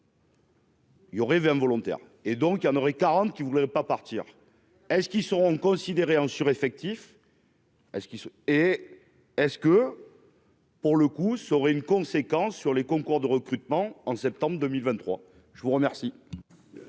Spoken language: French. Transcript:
Il y aurait 20 volontaire et donc il y en aurait 40 qui voulait pas partir est-ce qu'ils seront considérés en sur, effectif. Et ce qui se et est-ce que. Pour le coup, cela aurait une conséquence sur les concours de recrutement en septembre 2023 je vous remercie.